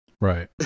Right